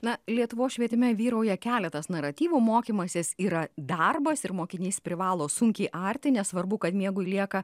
na lietuvos švietime vyrauja keletas naratyvų mokymasis yra darbas ir mokinys privalo sunkiai arti nesvarbu kad miegui lieka